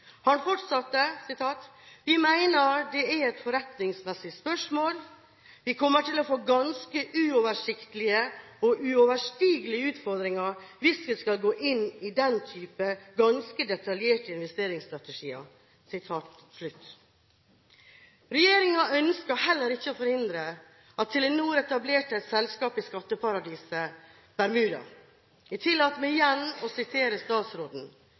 Han fortsatte: «Vi mener det er et forretningsmessig spørsmål. Vi kommer til å få ganske uoversiktlige og uoverstigelige utfordringer hvis vi skal gå inn på den type ganske detaljerte investeringsstrategier.» Regjeringen ønsket heller ikke å forhindre at Telenor etablerte et selskap i skatteparadiset Bermuda. Jeg tillater meg igjen å sitere statsråden: